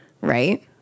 right